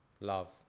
Love